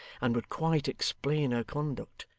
and would quite explain her conduct.